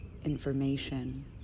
information